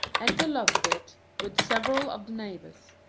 enter lovewit, with several of the neighbours.